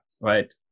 right